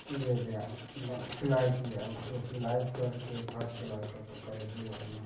ले गया बन सिलाई किया उसको सिलाई कर के फर्स्ट क्लास करके कायदे अपने